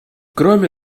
кроме